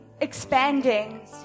expanding